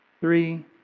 three